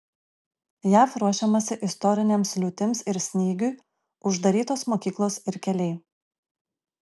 jav ruošiamasi istorinėms liūtims ir snygiui uždarytos mokyklos ir keliai